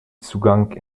zugang